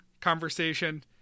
conversation